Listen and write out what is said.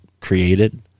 created